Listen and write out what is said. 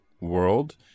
world